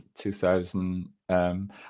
2000